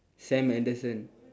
sam anderson